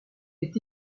est